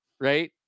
right